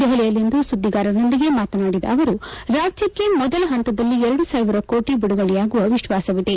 ದೆಹಲಿಯಲ್ಲಿಂದು ಸುದ್ದಿಗಾರರೊಂದಿಗೆ ಮಾತನಾಡಿದ ಅವರು ರಾಜ್ಯಕ್ಕೆ ಮೊದಲ ಪಂತದಲ್ಲಿ ಎರಡು ಸಾವಿರ ಕೋಟಿ ಬಿಡುಗಡೆಯಾಗುವ ವಿಶ್ವಾಸವಿದೆ